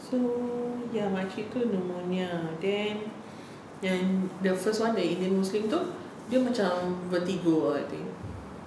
so ya makcik itu pneumonia then then the first one the indian muslim itu dia macam vertigo ah I think